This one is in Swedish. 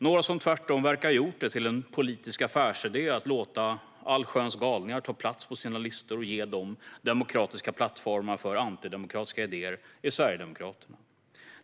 Några som tvärtom verkar ha gjort det till en politisk affärsidé att låta allsköns galningar ta plats på sina listor och ge dem demokratiska plattformar för antidemokratiska idéer är Sverigedemokraterna.